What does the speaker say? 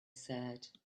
said